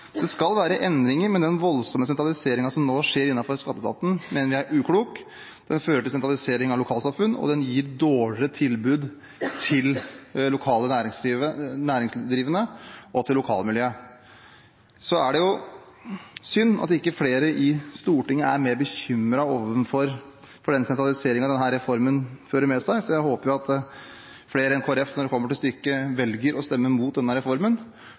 voldsomme sentraliseringen som nå skjer innenfor Skatteetaten, mener vi er uklok. Den fører til sentralisering av lokalsamfunn, og den gir dårligere tilbud til lokale næringsdrivende og lokalmiljøet. Det er synd at ikke flere i Stortinget er mer bekymret for den sentraliseringen denne reformen fører med seg. Jeg håper at flere enn Kristelig Folkeparti, når det kommer til stykket, velger å stemme imot reformen.